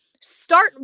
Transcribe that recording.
start